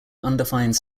undefined